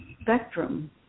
spectrum